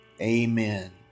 Amen